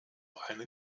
eine